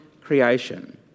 creation